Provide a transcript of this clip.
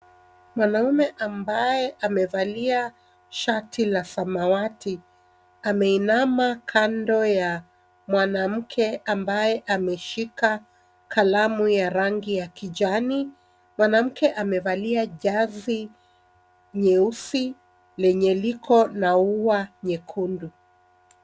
Mwanaume ambaye amevalia shati la samawati ameinama kando ya mwanamke ambaye ameshika kalamu ya rangi ya kijani mwanamke amevalia Jersey nyeusi lenye liko na ua nyekundu.